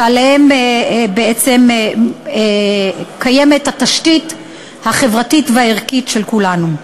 שעליה בעצם קיימת התשתית החברתית והערכית של כולנו.